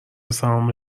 سهام